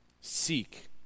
Seek